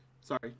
Sorry